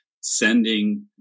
sending